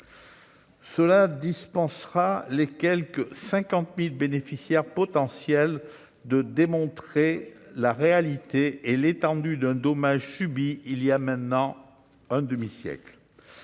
dispensera les quelque 50 000 bénéficiaires potentiels de démontrer la réalité et l'étendue d'un dommage subi voilà maintenant un demi-siècle.